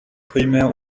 primär